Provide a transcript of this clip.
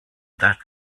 that